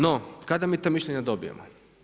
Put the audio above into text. No, kada mi ta mišljenja dobijemo?